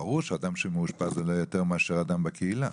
ברור שאדם שמאושפז עולה יותר מאשר אדם בקהילה.